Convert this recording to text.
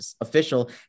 official